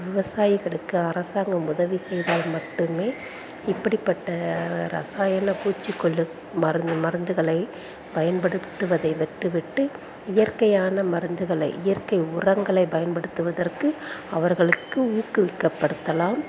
விவசாயிகளுக்கு அரசாங்கம் உதவி செய்தால் மட்டுமே இப்படிப்பட்ட ரசாயன பூச்சிக்கொல்லி மருந்து மருந்துகளை பயன்படுத்துவதை விட்டுவிட்டு இயற்கையான மருந்துகளை இயற்கை உரங்களை பயன்படுத்துவதற்கு அவர்களுக்கு ஊக்குவிக்கப்படுத்தலாம்